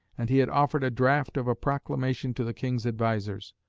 and he had offered a draft of a proclamation to the king's advisers.